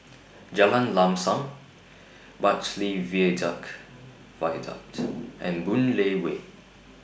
Jalan Lam SAM Bartley Viaduct and Boon Lay Way